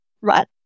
right